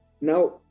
now